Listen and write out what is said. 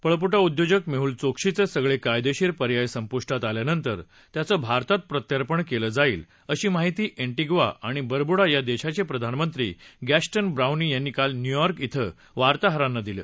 पळपुटा उद्योजक मेहूल चोक्सीचे सगळे कायदेशीर पर्याय संपुष्टात आल्यानंतर त्याचं भारतात प्रत्यार्पण केलं जाईल अशी माहिती एंटिग्वा आणि बरबुडा या देशाचे प्रधानमंत्री गस्टिन ब्राउनी यांनी काल न्यूयॉर्क इं वार्ताहाराना सांगितलं